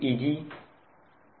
Vt